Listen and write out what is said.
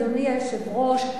אדוני היושב-ראש,